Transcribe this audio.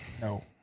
no